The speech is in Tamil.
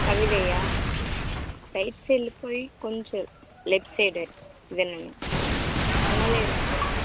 கவிதையா ரைட் சைடில் போய் கொஞ்சம் லெஃப்ட் சைட் முன்னாலையே இருக்கும் பாருங்கள்